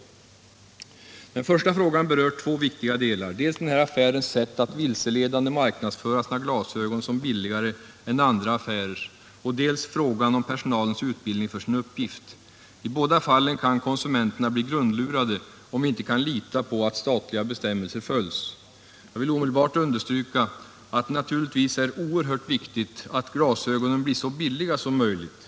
Den första frågan berör två viktiga aspekter: dels den här affärens sätt att vilseledande marknadsföra sina glasögon som billigare än andra affärers, dels personalens utbildning för sin uppgift. I båda fallen kan konsumenterna bli grundlurade, om vi inte kan lita på att statliga bestämmelser följs. Jag vill omedelbart understryka att det naturligtvis är oerhört viktigt att glasögonen blir så billiga som möjligt.